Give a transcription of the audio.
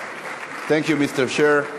Thank you, Mr. Sherr.